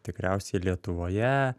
tikriausiai lietuvoje